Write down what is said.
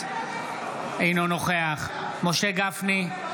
אינו נוכח משה גפני,